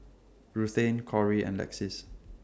Ruthanne Cori and Lexis